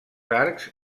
arcs